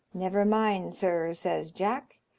never mind, sir, says jack,